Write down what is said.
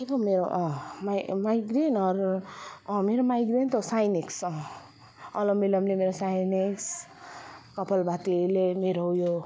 के पो मेरो अँ माई माइग्रेन अर अँ मेरो माइग्रेन त हो साइनेप्स अँ अनुलम बिलोमले मेरो साइनेप्स कपाल भातीले मेरो यो